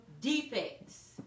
defects